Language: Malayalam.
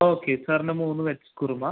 ഓക്കെ സാറിന് മൂന്ന് വെജ്ജ് കുറുമ